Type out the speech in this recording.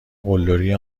قلدری